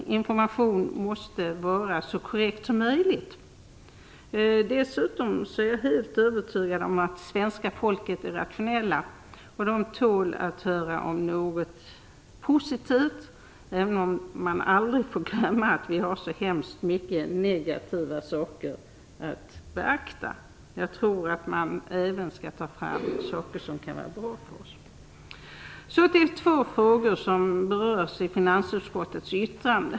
Information måste vara så korrekt som möjligt. Dessutom är jag helt övertygad om att svenska folket är rationellt och tål att höra även positiva saker. Vi får inte glömma att det finns hemskt många negativa saker att beakta. Men jag tror att man även skall ta fram saker som kan vara bra för oss. Så till två frågor som berörs i finansutskottets betänkande.